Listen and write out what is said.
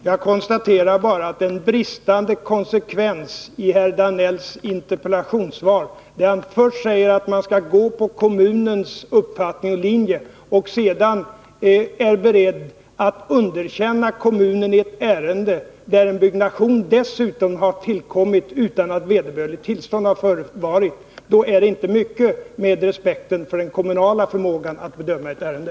Herr talman! Jag konstaterar bara en bristande konsekvens i herr Danells interpellationssvar. När han först säger att man skall följa kommunens uppfattning och linje och sedan är beredd att underkänna kommunen i ett ärende, där en byggnation dessutom har tillkommit utan att vederbörligt tillstånd förelegat, då är det inte mycket med respekten för den kommunala förmågan att bedöma ett ärende.